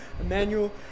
Emmanuel